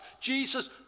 Jesus